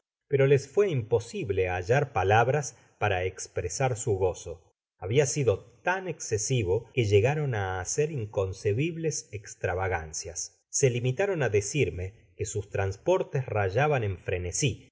pero les fué imposible hallar palabras para espresar su gozo habia sido tan escesivo que llegaron á hacer inconcebibles estravagancias se limitaron ádecirme que sus transportes rayaban en frenesi